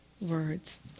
Words